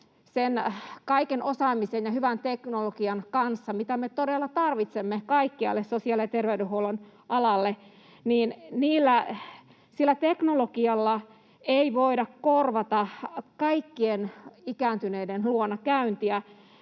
kaiken osaamisen ja hyvän teknologian kaikkialle sosiaali- ja terveydenhuollon alalle, sillä teknologialla ei voida korvata kaikkien ikääntyneiden luona käyntiä,